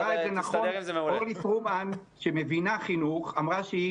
אורלי פרומן שמבינה חינוך אמרה נכון.